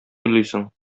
уйлыйсың